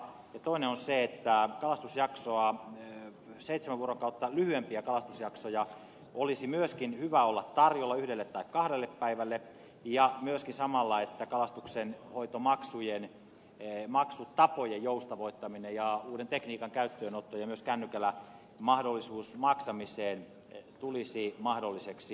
toinen on se että seitsemää vuorokautta lyhyempiä kalastusjaksoja olisi myöskin hyvä olla tarjolla esimerkiksi yhdelle tai kahdelle päivälle ja toinen se että samalla kalastuksen hoitomaksujen maksutapojen joustavoittaminen ja uuden tekniikan käyttöönotto ja myös kännykällä maksaminen tulisi mahdolliseksi